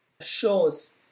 shows